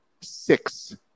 six